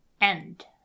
End